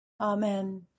Amen